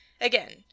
Again